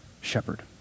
shepherd